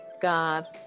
God